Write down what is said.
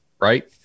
right